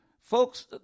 folks